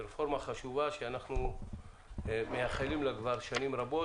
זאת רפורמה חשובה, אנחנו מייחלים לה שנים רבות,